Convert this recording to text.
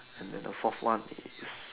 and then the fourth one is